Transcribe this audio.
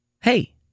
hey